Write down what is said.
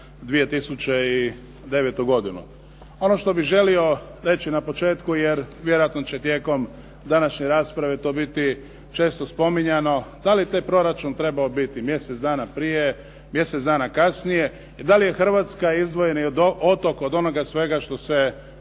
2009. godinu. Ono što bih želio reći na početku jer vjerojatno će tijekom današnje rasprave to biti često spominjano da li je taj proračun trebao biti mjesec dana prije, mjesec dana kasnije i da li je Hrvatska izdvojeni otok od onoga svega što se